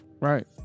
right